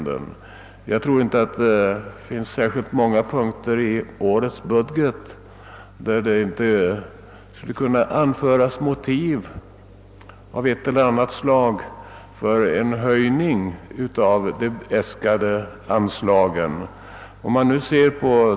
Det finns säkert få punkter i årets budget, där det inte skulle kunna anföras motiv för en höjning av anslagen.